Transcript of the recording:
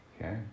Okay